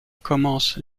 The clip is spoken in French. commence